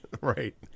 Right